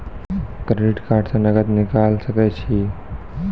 Credit card से नगद निकाल सके छी?